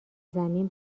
زمین